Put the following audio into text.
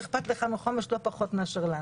שאכפת לך מחומש לא פחות מאשר לנו